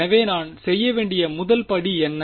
எனவே நான் செய்ய வேண்டிய முதல் படி என்ன